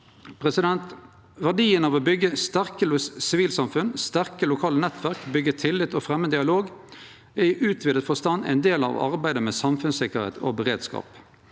Verdien av å byggje sterke sivilsamfunn, sterke lokale nettverk, byggje tillit og fremje dialog er i utvida forstand ein del av arbeidet med samfunnssikkerheit og beredskap.